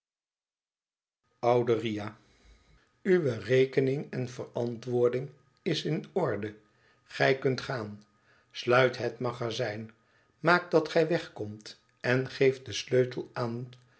oude riah luwe rekening en verantwoording is in orde gij kunt gaan sluit het magazijn maak dat gij wegkomt en geef den sleutel aanbrenger